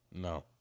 No